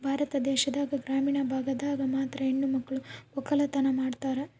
ಭಾರತ ದೇಶದಾಗ ಗ್ರಾಮೀಣ ಭಾಗದಾಗ ಮಾತ್ರ ಹೆಣಮಕ್ಳು ವಕ್ಕಲತನ ಮಾಡ್ತಾರ